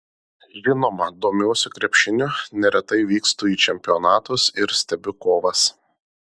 žinoma domiuosi krepšiniu neretai vykstu į čempionatus ir stebiu kovas